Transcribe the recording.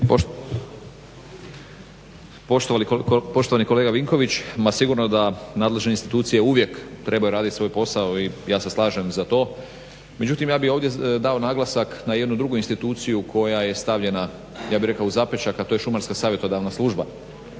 Poštovani kolega Vinković, ma sigurno da nadležne institucije uvijek trebaju radit svoj posao i ja se slažem za to, međutim ja bih ovdje dao naglasak na jednu drugu instituciju koja je stavljena ja bih rekao u zapečak, a to je Šumarska savjetodavna služba.